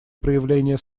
проявление